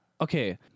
okay